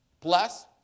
plus